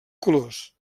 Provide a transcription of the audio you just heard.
colors